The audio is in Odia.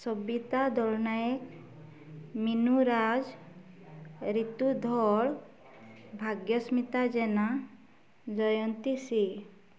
ସବିତା ଦଳନାୟକ ମିନୁରାଜ ରିତୁ ଧଳ ଭାଗ୍ୟସ୍ମିତା ଜେନା ଜୟନ୍ତୀ ସି